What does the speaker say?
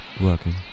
working